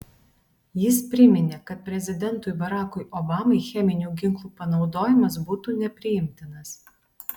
jis priminė kad prezidentui barackui obamai cheminių ginklų panaudojimas būtų nepriimtinas